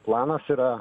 planas yra